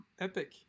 Epic